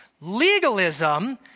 Legalism